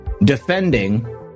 defending